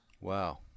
Wow